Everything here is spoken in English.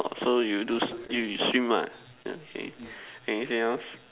orh so you do s~ you you swim ah orh K anything else